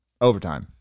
Overtime